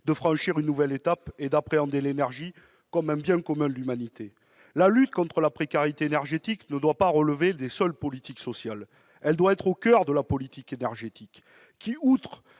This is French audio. de franchir une nouvelle étape et d'appréhender l'énergie comme un bien commun de l'humanité. La lutte contre la précarité énergétique ne doit pas relever des seules politiques sociales. Il faut la placer au coeur de la politique énergétique,